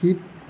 শীত